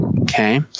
okay